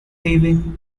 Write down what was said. paving